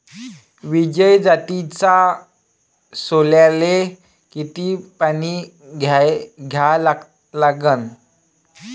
विजय जातीच्या सोल्याले किती पानी द्या लागन?